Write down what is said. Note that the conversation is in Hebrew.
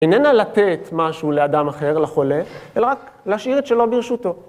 איננה לתת משהו לאדם אחר, לחולה, אלא רק להשאיר את שלו ברשותו.